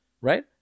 Right